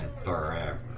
forever